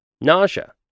nausea